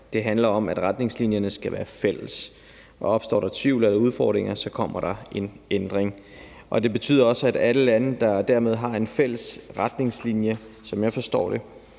det handler om, at retningslinjerne skal være fælles. Opstår der tvivl eller udfordringer, kommer der en ændring. Det betyder også, at alle lande, der dermed har fælles retningslinjer, som jeg forstår det,